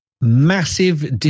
massive